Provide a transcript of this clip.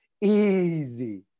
easy